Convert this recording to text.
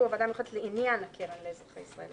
"הוועדה המיוחדת לעניין הקרן לאזרחי ישראל",